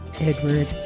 Edward